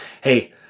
Hey